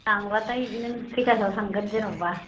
थांबाथाय नों कैतासोआव थांगोन जेनेबा